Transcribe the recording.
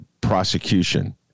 prosecution